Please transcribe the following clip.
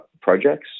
projects